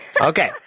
Okay